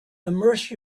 immerse